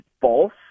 false